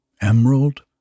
Emerald